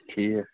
ٹھیٖک